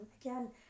again